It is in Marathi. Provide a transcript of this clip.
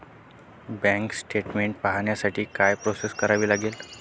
बँक स्टेटमेन्ट पाहण्यासाठी काय प्रोसेस करावी लागेल?